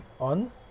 on